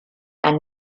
ein